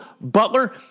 Butler